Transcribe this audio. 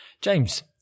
James